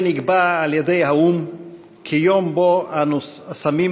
יום זה נקבע על-ידי האו"ם כיום שבו אנו שמים